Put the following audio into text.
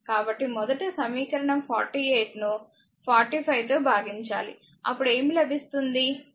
కాబట్టి మొదట సమీకరణం 48 ను 45 తో భాగించాలి అప్పుడు ఏమి లభిస్తుంది